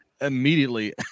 immediately